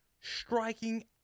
striking